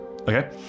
Okay